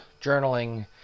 journaling